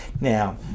Now